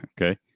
Okay